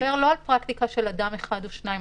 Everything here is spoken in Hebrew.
אבל אתה לא מדבר על פרקטיקה של אדם אחד או שניים,